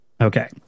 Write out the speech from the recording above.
Okay